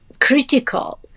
critical